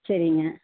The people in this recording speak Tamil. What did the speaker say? சரிங்க